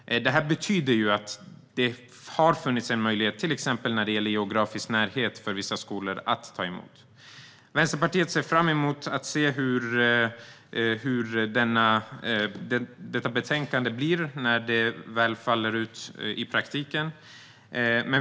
Detta betyder ju att det har funnits en möjlighet för vissa skolor att ta emot elever, till exempel när det gäller geografisk närhet. Vänsterpartiet ser fram emot att se hur detta betänkande faller ut i praktiken.